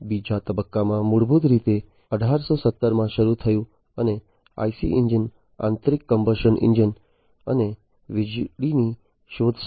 બીજા તબક્કામાં મૂળભૂત રીતે 1870 માં શરૂ થયું અને IC એન્જિન આંતરિક કમ્બશન એન્જિન અને વીજળીની શોધ સાથે